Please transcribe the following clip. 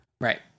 Right